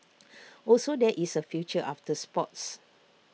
also there is A future after sports